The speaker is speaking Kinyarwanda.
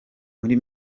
muri